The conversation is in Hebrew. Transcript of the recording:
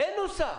אין נוסח.